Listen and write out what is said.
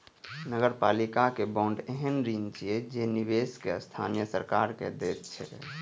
नगरपालिका बांड एहन ऋण छियै जे निवेशक स्थानीय सरकार कें दैत छैक